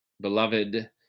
beloved